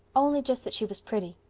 only just that she was pretty.